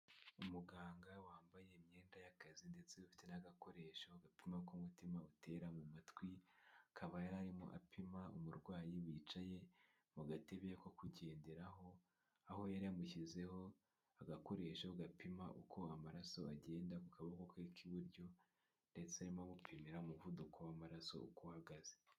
Umuganga wambaye imyenda y'akazi ndetse ufite n'agakoresho gapima uk'umutima utera mu matwi akaba yararimo apima umurwayi wicaye mu gatebe ko kugenderaho aho yari yamushyizeho agakoresho gapima uko amaraso agenda ku kaboko ke k'iburyo ndetse arimo kumupimira uko umuvuduko w'amaraso uko uhagaze.